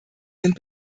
sind